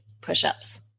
push-ups